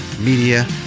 media